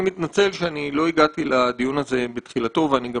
אני מתנצל שלא הגעתי לדיון הזה בתחילתו ואני גם